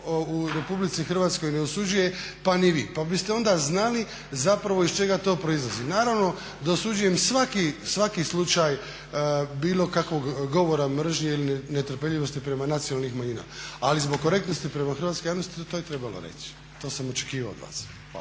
u RH ne osuđuje pa ni vi. Pa biste onda znali zapravo iz čega to proizlazi. Naravno da osuđujem svaki slučaj bilo kakvog govora mržnje ili netrpeljivosti prema nacionalnim manjinama, ali zbog korektnosti prema hrvatskoj javnosti to je trebalo reći. To sam očekivao od vas.